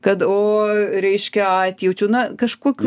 kad o reiškia atjaučiu na kažkokių